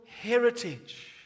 heritage